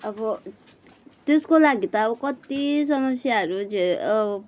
अब त्यसको लागि त अब कति समस्याहरू झे